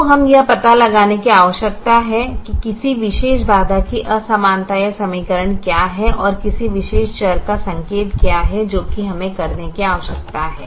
तो हमें यह पता लगाने की आवश्यकता है कि किसी विशेष बाधा की असमानता या समीकरण क्या है और किसी विशेष चर का संकेत क्या है जो कि हमें करने की आवश्यकता है